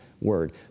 word